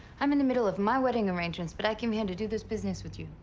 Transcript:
i'm in the middle of my wedding arrangements, but i came here to do this business with you.